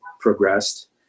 progressed